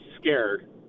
scared